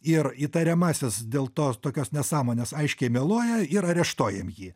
ir įtariamasis dėl to tokios nesąmonės aiškiai meluoja ir areštuojam jį